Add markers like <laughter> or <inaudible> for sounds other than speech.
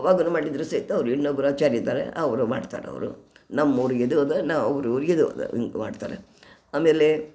ಅವಾಗನು ಮಾಡಿದ್ದರೂ ಸಹಿತ ಅವರು ಇನ್ನೊಬ್ರು ಆಚಾರಿದ್ದಾರೆ ಅವರು ಮಾಡ್ತಾರವರು ನಮ್ಮೂರಿಗೆ ಇದು ಅದ ನಾ ಅವರು <unintelligible> ಮಾಡ್ತಾರೆ ಆಮೇಲೆ